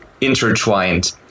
intertwined